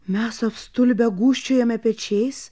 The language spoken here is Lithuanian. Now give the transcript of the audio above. mes apstulbę gūžčiojome pečiais